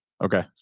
Okay